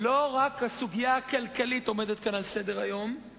שהיום הוא שר החינוך,